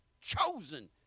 chosen